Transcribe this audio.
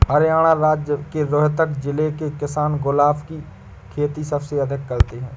हरियाणा राज्य के रोहतक जिले के किसान गुलाब की खेती सबसे अधिक करते हैं